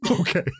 okay